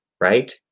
right